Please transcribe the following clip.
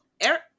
Eric